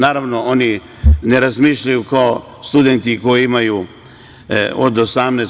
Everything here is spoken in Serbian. Naravno, oni ne razmišljaju kao studenti koji imaju od 18.